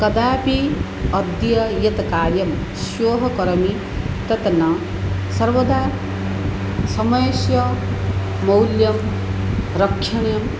कदापि अद्य यत् कार्यं श्वः करोमि तत् न सर्वदा समयस्य मौल्यं रक्षणीयम्